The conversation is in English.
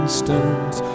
stones